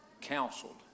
counseled